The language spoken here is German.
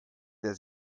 der